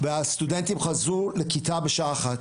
והסטודנטים חזרו לכיתה בשעה אחת.